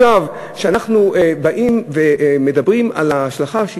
כשאנחנו באים ומדברים על ההשלכה,